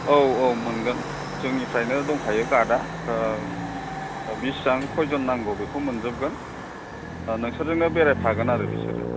औ औ मोनगोन जोंनिफ्रायनो दंखायो गार्डआ बिसिबां कयजन नांगौ बेखौ मोनजोबगोन नोंसोरजोंनो बेरायफागोन आरो बिसोरो